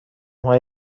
های